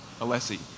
Alessi